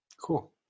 Cool